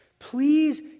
Please